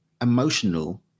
emotional